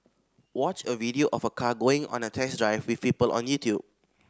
watch a video of a car going on a test drive with people on YouTube